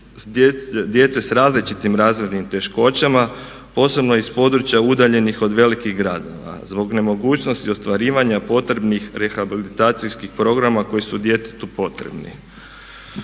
djece s različitim razvojnim teškoćama, posebno iz područja udaljenih od velikih gradova zbog nemogućnosti ostvarivanja potrebnih rehabilitacijskih programa koji su djetetu potrebni.